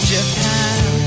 Japan